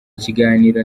kiganiro